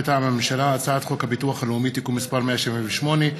מטעם הממשלה: הצעת חוק הביטוח הלאומי (תיקון מס' 178),